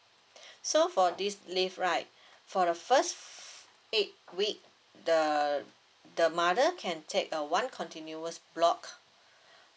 so for this leave right for the first eight week the the mother can take a one continuous block